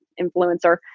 influencer